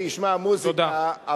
שישמע מוזיקה,